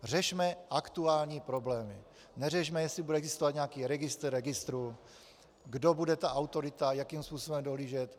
Řešme aktuální problémy, neřešme, jestli bude existovat nějaký registr registrů, kdo bude ta autorita, jakým způsobem bude dohlížet.